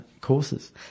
courses